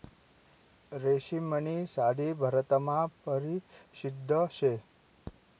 रेशीमनी साडी भारतमा परशिद्ध शे